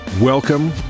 Welcome